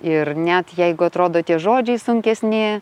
ir net jeigu atrodo tie žodžiai sunkesni